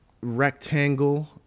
rectangle